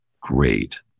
great